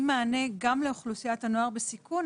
מענה גם לאוכלוסיית הנוער בסיכון,